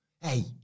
Hey